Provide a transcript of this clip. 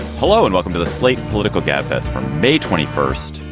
hello and welcome to the slate political gabfest for may twenty first,